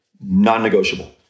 Non-negotiable